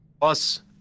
plus